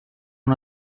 una